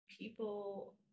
people